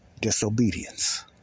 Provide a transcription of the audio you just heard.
disobedience